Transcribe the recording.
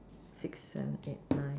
six seven eight nine